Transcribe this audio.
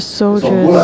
soldiers